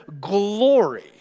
glory